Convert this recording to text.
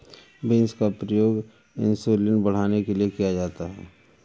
beans का प्रयोग insulin बढ़ाने के लिए किया जाता है